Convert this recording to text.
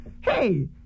Hey